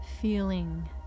feeling